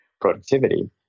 productivity